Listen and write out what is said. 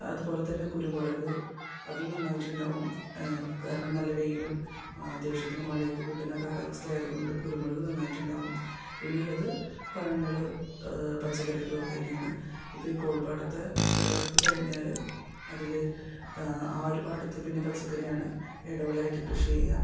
അതു പോലെ തന്നെ കുരുമുളക് അതും നന്നായിട്ടുണ്ടാവും കാരണം നല്ല വെയിലും അത്യാവശ്യത്തിന് മഴയൊക്കെ കിട്ടുന്ന കാലവസ്ഥ ആയത് കൊണ്ട് കുരുമുളക് നന്നായിട്ടുണ്ടാവും പിന്നെ ഉള്ളത് പഴങ്ങൾ പച്ചക്കറികളൊക്കെ തന്നെയാണ് ഇപ്പോൾ ഈ കോൾപ്പാടത്തെ വിളവെടുപ്പ് കഴിഞ്ഞാൽ അതിൽ ആ ഒരു പാടത്ത് പിന്നെ പച്ചക്കറിയാണ് ഇടവിളയായിട്ട് കൃഷി ചെയ്യുക